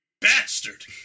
bastard